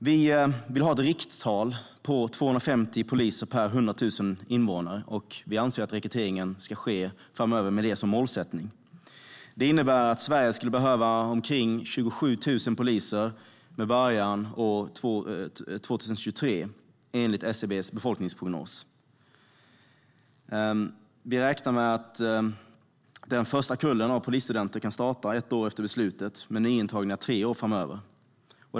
Vi vill ha ett rikttal på 250 poliser per 100 000 invånare, och vi anser att rekryteringen ska ske framöver med detta som målsättning. Det innebär att Sverige skulle behöva omkring 27 000 poliser med början år 2023, enligt SCB:s befolkningsprognos. Vi räknar med att den första kullen av polisstudenter kan starta ett år efter beslutet, med nyintagna tre år framöver.